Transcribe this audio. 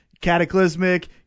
Cataclysmic